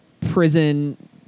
prison